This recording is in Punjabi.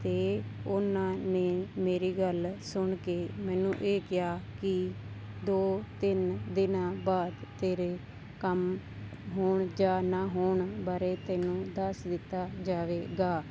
ਅਤੇ ਉਹਨਾਂ ਨੇ ਮੇਰੀ ਗੱਲ ਸੁਣ ਕੇ ਮੈਨੂੰ ਇਹ ਕਿਹਾ ਕਿ ਦੋ ਤਿੰਨ ਦਿਨਾਂ ਬਾਅਦ ਤੇਰੇ ਕੰਮ ਹੋਣ ਜਾਂ ਨਾ ਹੋਣ ਬਾਰੇ ਤੈਨੂੰ ਦੱਸ ਦਿੱਤਾ ਜਾਵੇਗਾ